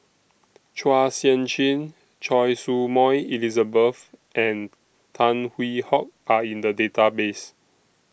Chua Sian Chin Choy Su Moi Elizabeth and Tan Hwee Hock Are in The Database